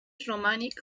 romànic